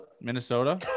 Minnesota